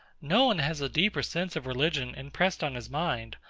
no one has a deeper sense of religion impressed on his mind,